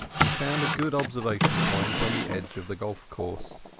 and found a good observation point on the edge of the golf-course.